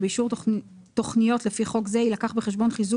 באישור תכניות לפי חוק זה יילקח בחשבון חיזוק